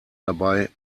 dabei